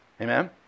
Amen